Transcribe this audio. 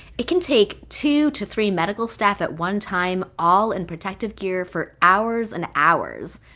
it can take two to three medical staff at one time all in protective gear for hours and hours,